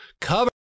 cover